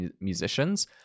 musicians